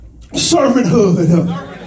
servanthood